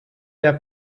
der